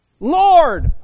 Lord